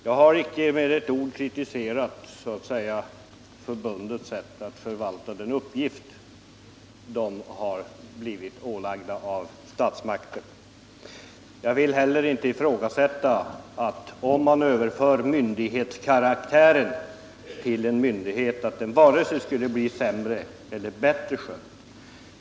Jag har icke med ett ord kritiserat förbundets sätt att fullgöra den uppgift som man har ålagts av statsmakterna. Jag vill heller inte göra gällande att myndighetsuppgiften skulle bli vare sig bättre eller sämre skött om den överfördes till en myndighet.